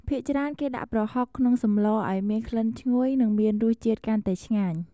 ភាគច្រើនគេដាក់ប្រហុកក្នុងសម្លឱ្យមានក្លិនឈ្ងុយនិងមានរសជាតិកាន់តែឆ្ងាញ់។